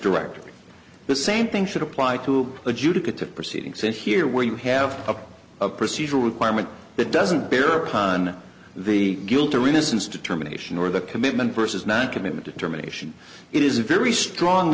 director the same thing should apply to adjudicate to proceeding said here where you have a procedural requirement that doesn't bear upon the guilt or innocence determination or the commitment versus not committed determination it is a very strong